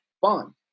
fun